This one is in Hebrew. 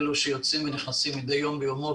אלו שיוצאים ונכנסים מדי יום ביומו,